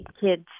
kids